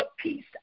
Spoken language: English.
peace